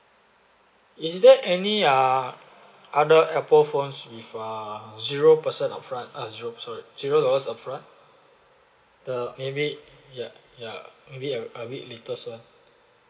is there any uh other apple phones with uh zero percent upfront uh zero sorry zero dollars upfront the maybe ya ya maybe uh maybe uh a bit latest one